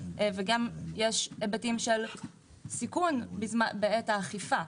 וגם יש היבטים של סיכון בעת האכיפה.